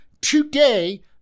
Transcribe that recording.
Today